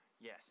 yes